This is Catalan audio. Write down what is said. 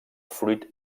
fruit